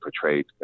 portrayed